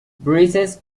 bruises